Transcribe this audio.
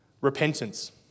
Repentance